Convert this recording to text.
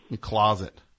closet